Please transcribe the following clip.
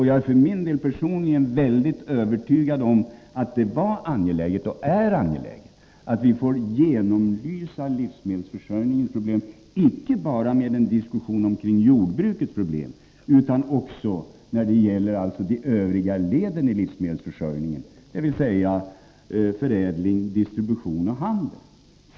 Jag är personligen övertygad om att det var och är angeläget att vi får genomlysa livsmedelsförsörjningens problem icke bara med en diskussion kring jordbrukets problem, utan också när det gäller de övriga leden i livsmedelsförsörjningen: förädling, distribution och handel.